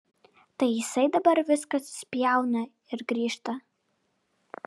tai jisai dabar viską spjauna ir grįžta